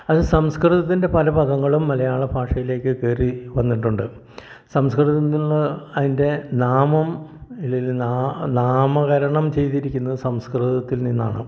അത് സംസ്കൃതത്തിൻ്റെ പല പദങ്ങളും മലയാളഭാഷയിലേക്ക് കയറി വന്നിട്ടുണ്ട് സംസ്കൃതത്തിൽ നിന്ന് അതിൻ്റെ അല്ലെങ്കിൽ നാമം നാമകരണം ചെയ്തിരിക്കുന്നത് സംസ്കൃതത്തിൽ നിന്നാണ്